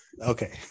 Okay